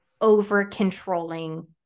over-controlling